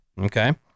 Okay